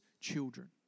children